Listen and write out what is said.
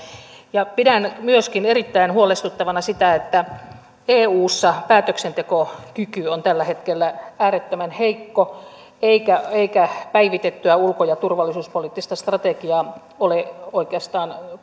pidän myöskin erittäin huolestuttavana sitä että eussa päätöksentekokyky on tällä hetkellä äärettömän heikko eikä päivitettyä ulko ja turvallisuuspoliittista strategiaa ole oikeastaan